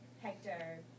Hector